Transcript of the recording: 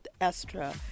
Estra